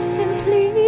simply